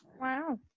Wow